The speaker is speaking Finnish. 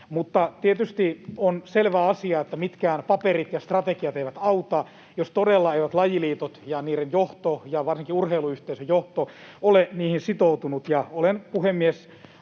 Mutta tietysti on selvä asia, että mitkään paperit ja strategiat eivät auta, jos todella eivät lajiliitot ja niiden johto ole — ja varsinkaan urheiluyhteisön johto — niihin sitoutunut.